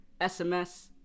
sms